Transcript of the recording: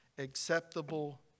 acceptable